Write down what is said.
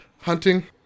hunting